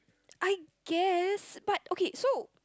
I guess but okay so